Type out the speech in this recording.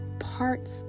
parts